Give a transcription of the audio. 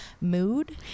mood